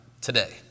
today